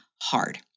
hard